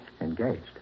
engaged